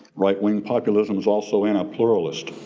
right-wing populism is also in a pluralist.